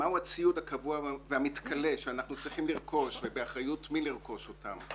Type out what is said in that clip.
מהו הציוד הקבוע והמתכלה שאנחנו צריכים לרכוש ובאחריות מי לרכוש אותו.